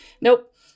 Nope